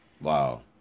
Wow